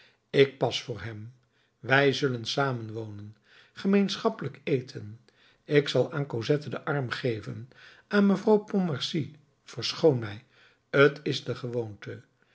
ik pas voor hem wij zullen samen wonen gemeenschappelijk eten ik zal aan cosette den arm geven aan mevrouw pontmercy verschoon mij t is de gewoonte